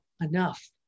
Enough